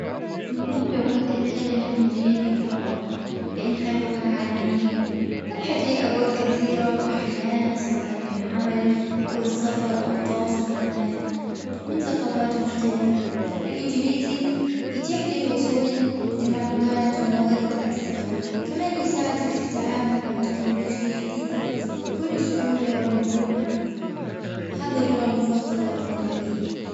أتمنى لو كنت أتكلم الأنجليزي بطلاقة لأنها لغة عالمية. فتحت لي أبواب كثيرة في الحياة سواء للعمل او السفر أو التواصل مع الناس. من ثقافات مختلفة. الأنجليزي يتيح لي الوصول لمعلومات وموارد أكثر. كمان يساعدك مع التكنولوجيا الحديثة بكل سهولة ومرونة. هذه اللغة المفضلة بالنسبة لي.